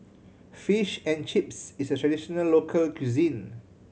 fish and Chips is a traditional local cuisine